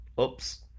Oops